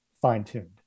fine-tuned